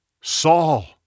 Saul